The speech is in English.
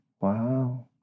Wow